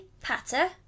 Patter